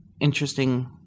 interesting